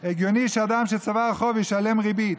הגיוני שאדם שצבר חוב ישלם ריבית,